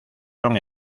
son